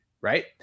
right